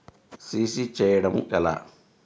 CC చేయడము ఎలా?